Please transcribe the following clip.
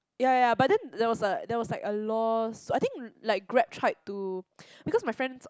ya ya ya but then there was a there was like a law I think Grab tried to because my friend's